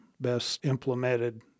best-implemented